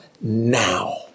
now